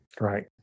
Right